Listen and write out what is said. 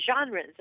genres